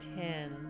Ten